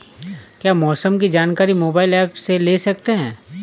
क्या मौसम की जानकारी मोबाइल ऐप से ले सकते हैं?